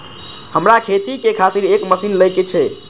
हमरा खेती के खातिर एक मशीन ले के छे?